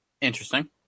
Interesting